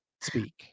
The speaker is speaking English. speak